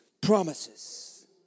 promises